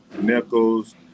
nickels